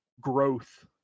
growth